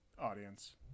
audience